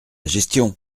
gestion